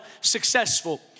successful